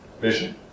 vision